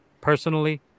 personally